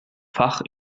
fach